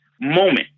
moment